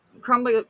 Crumbly